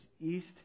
east